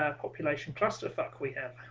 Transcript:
population classifier quyet um.